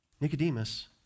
Nicodemus